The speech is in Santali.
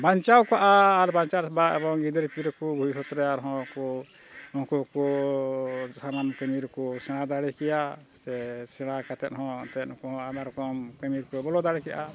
ᱵᱟᱧᱪᱟᱣ ᱠᱟᱜᱼᱟ ᱟᱨ ᱵᱟᱧᱪᱟᱣ ᱮᱵᱚᱝ ᱜᱤᱫᱽᱨᱟᱹ ᱯᱤᱫᱽᱨᱟᱹ ᱠᱚ ᱵᱷᱚᱵᱤᱥᱚᱛ ᱨᱮ ᱟᱨᱦᱚᱸ ᱠᱚ ᱩᱱᱠᱩ ᱠᱚ ᱥᱟᱱᱟᱢ ᱠᱟᱹᱢᱤ ᱨᱮᱠᱚ ᱥᱮᱬᱟ ᱫᱟᱲᱮ ᱠᱮᱭᱟ ᱥᱮ ᱥᱮᱬᱟ ᱠᱟᱛᱮᱫ ᱦᱚᱸ ᱮᱱᱛᱮᱫ ᱱᱩᱠᱩ ᱦᱚᱸ ᱟᱭᱢᱟ ᱨᱚᱠᱚᱢ ᱠᱟᱹᱢᱤ ᱨᱮᱠᱚ ᱵᱚᱞᱚ ᱫᱟᱲᱮ ᱠᱮᱜᱼᱟ